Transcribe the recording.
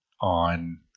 on